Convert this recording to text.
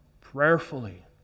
prayerfully